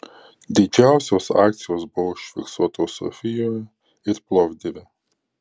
didžiausios akcijos buvo užfiksuotos sofijoje ir plovdive